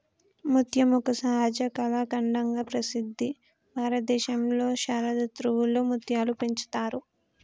ముత్యం ఒక సహజ కళాఖండంగా ప్రసిద్ధి భారతదేశంలో శరదృతువులో ముత్యాలు పెంచుతారు